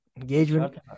Engagement